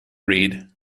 breed